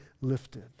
lifted